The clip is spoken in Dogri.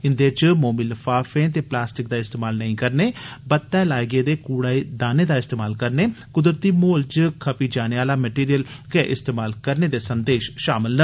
इंदे च मोमी लफाफें ते प्लास्टिक दा इस्तेमाल नेंई करने बत्तै लाए गेदे कूड़ादानें दा इस्तेमाल करने कुदरती माहौल च खपी जाने आला मटीरियल गै इस्तेमाल करने दे संदेष षामल न